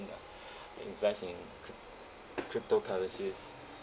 you know invest in cryp~ cryptocurrencies